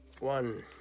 One